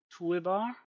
toolbar